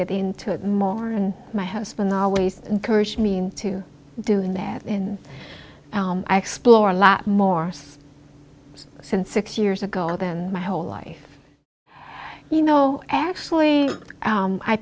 get into it more and my husband always encouraged me into doing that and i explore a lot more since six years ago than my whole life you know actually